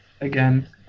again